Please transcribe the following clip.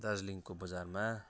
दार्जिलिङको बजारमा